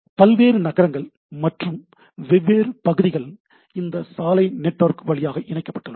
பல்வேறு நகரங்கள் மற்றும் வெவ்வேறு பகுதிகள் இந்த சாலை நெட்வொர்க் வழியாக இணைக்கப்பட்டுள்ளன